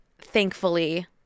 thankfully